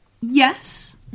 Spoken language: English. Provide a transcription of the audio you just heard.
yes